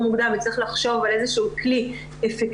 מוקדם וצריך לחשוב על איזה שהוא כלי אפקטיבי,